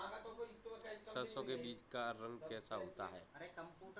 सरसों के बीज का रंग कैसा होता है?